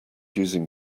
using